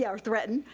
yeah or threaten,